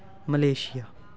Malaysia